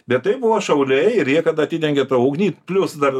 bet tai buvo šauliai ir jie kada atidengė ugnį plius dar